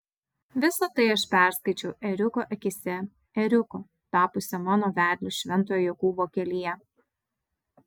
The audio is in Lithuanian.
visa tai aš perskaičiau ėriuko akyse ėriuko tapusio mano vedliu šventojo jokūbo kelyje